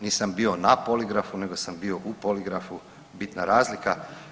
Nisam bio na poligrafu nego sam bio u Poligrafu, bitna razlika.